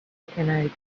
explained